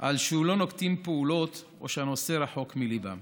שהם לא נוקטים פעולות או שהנושא רחוק מליבם.